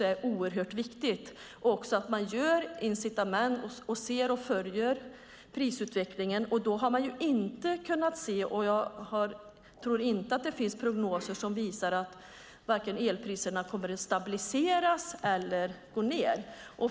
Det är oerhört viktigt, och det är viktigt att man ger incitament och följer prisutvecklingen. Jag tror inte att det finns prognoser som visar på att elpriserna kommer att vare sig stabiliseras eller gå ned.